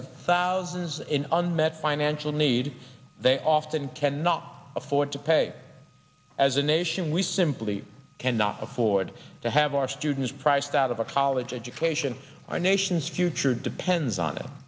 have thousands in unmet financial needs they often cannot afford to pay as a nation we simply cannot afford to have our students priced out of a college education our nation's future depends on